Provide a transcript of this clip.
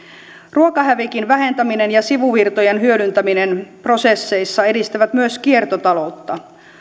ruokahävikin vähentäminen ja sivuvirtojen hyödyntäminen prosesseissa edistävät myös kiertotaloutta